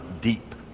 deep